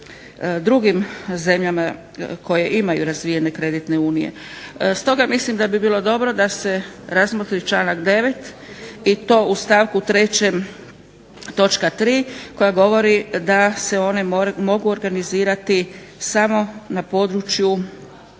drugim zemljama koje imaju razvijene kreditne unije. Stoga mislim da bi bilo dobro da se razmotri članak 9. i to u stavku 3. točka 3. koja govori da se one mogu organizirati samo na području